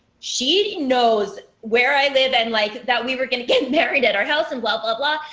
she knows where i live and, like, that we were going to get married at our house and blah, blah, blah.